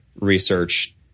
research